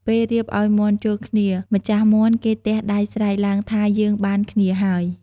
ពេលរៀបឲ្យមាន់ជល់គ្នា ម្ចាស់មាន់គេទះដៃស្រែកឡើង ថា យើងបានគ្នាហើយ ។